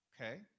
okay